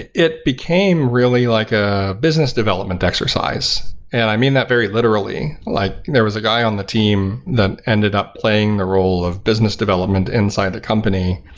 it it became really like a business development exercise, and i mean that very literally. like there was a guy on the team that ended up playing the role of business development inside the company.